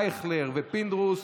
ישראל אייכלר ויצחק פינדרוס,